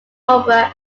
cobra